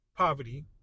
Poverty